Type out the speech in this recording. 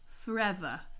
forever